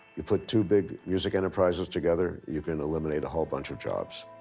you put two big music enterprises together, you can eliminate a whole bunch of jobs.